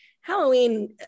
halloween